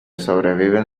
sobreviven